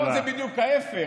פה זה בדיוק ההפך.